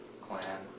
clan